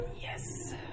Yes